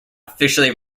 officially